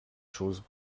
choses